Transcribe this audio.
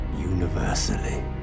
universally